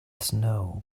snow